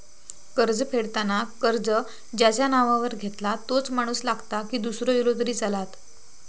कर्ज फेडताना कर्ज ज्याच्या नावावर घेतला तोच माणूस लागता की दूसरो इलो तरी चलात?